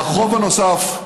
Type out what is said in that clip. החוב הנוסף,